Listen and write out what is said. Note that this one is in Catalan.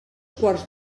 quarts